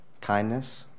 Kindness